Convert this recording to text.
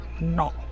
no